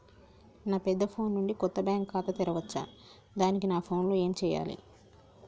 నా పెద్ద ఫోన్ నుండి కొత్త బ్యాంక్ ఖాతా తెరవచ్చా? దానికి నా ఫోన్ లో ఏం చేయాలి?